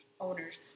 owners